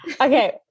okay